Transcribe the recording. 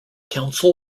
council